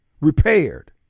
repaired